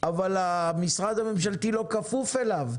אבל המשרד הממשלתי אינו כפוף אליו.